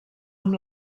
amb